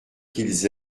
qu’ils